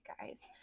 guys